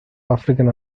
african